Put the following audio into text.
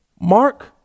Mark